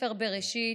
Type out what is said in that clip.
בספר בראשית,